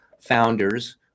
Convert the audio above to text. founders